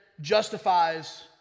justifies